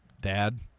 dad